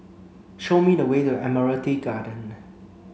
show me the way to Admiralty Garden